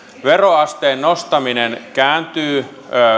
veroasteen nostaminen kääntyy